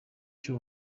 cyu